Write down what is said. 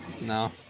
no